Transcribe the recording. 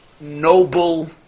noble